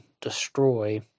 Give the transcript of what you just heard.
destroy